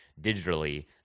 digitally